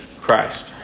Christ